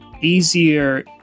easier